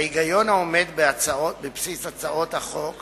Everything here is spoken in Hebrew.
ההיגיון העומד בבסיס הצעות החוק